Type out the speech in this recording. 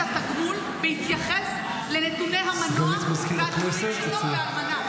התגמול בהתייחס לנתוני המנוח והאלמנה,